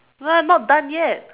no lah not done yet